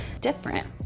different